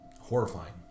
Horrifying